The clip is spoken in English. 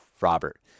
Robert